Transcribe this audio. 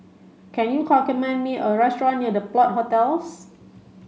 can you me a restaurant near The Plot Hostels